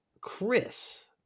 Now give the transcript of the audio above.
Chris